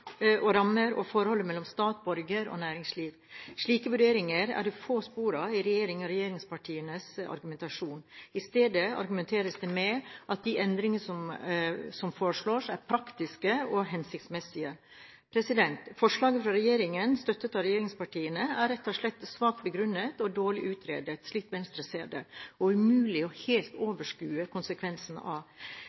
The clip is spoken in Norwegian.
og rammer og forholdet mellom stat, borgere og næringsliv. Slike vurderinger er det få spor av i regjeringens og regjeringspartienes argumentasjon. I stedet argumenteres det med at de endringer som foreslås, er praktiske og hensiktsmessige. Forslaget fra regjeringen, støttet av regjeringspartiene, er rett og slett svakt begrunnet og dårlig utredet, slik Venstre ser det, og umulig helt å overskue konsekvensene av.